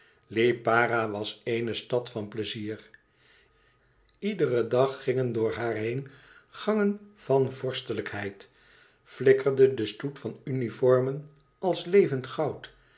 lipara was éene stad van pleizier iederen dag gingen door haar heen gangen van vorstelijkheid flikkerde de stoet van uniformen als levend goud